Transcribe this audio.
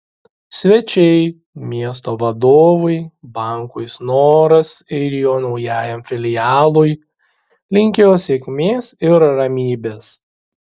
svečiai miesto vadovai bankui snoras ir jo naujajam filialui linkėjo sėkmės ir ramybės